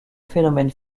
phénomènes